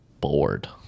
bored